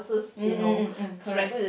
mm mm mm mm correct